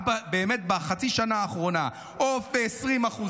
באמת רק בחצי השנה האחרונה העוף עלה ב-20%.